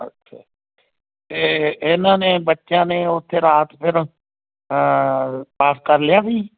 ਅੱਛਾ ਅਤੇ ਇਹਨਾਂ ਨੇ ਬੱਚਿਆਂ ਨੇ ਉੱਥੇ ਰਾਤ ਫਿਰ ਪਾਸ ਕਰ ਲਿਆ ਸੀ